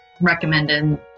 recommended